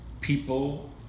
people